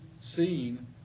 seen